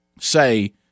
say